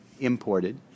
imported